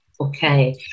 okay